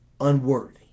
Unworthy